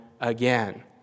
again